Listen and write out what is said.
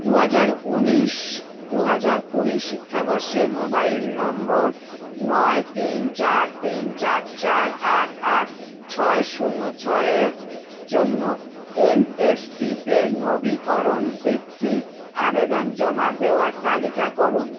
দু হাজার উনিশ দু হাজার কুড়ি শিক্ষাবর্ষে মোবাইল নম্বর নয় তিন চার তিন চার চার আট আট ছয় শূন্য ছয়ের জন্য এনএসপিতে নবীকরণ বৃত্তির আবেদন জমা দেওয়ার তালিকা করুন